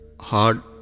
hard